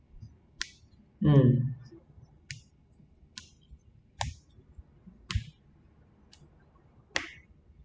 hmm